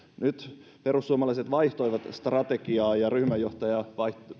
nyt perussuomalaiset vaihtoivat strategiaa ja ryhmänjohtaja